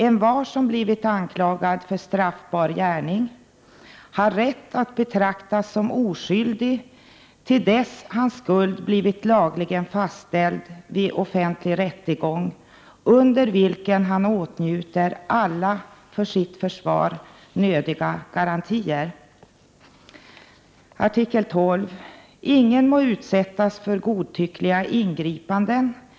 Envar, som blivit anklagad för straffbar gärning, har rätt att betraktas som oskyldig, till dess hans skuld blivit lagligen fastställd vid offentlig rättegång, under vilken han åtnjutit alla för sitt försvar nödiga garantier. Artikel 12. Ingen må utsättas för godtyckliga ingripanden i fråga om Prot.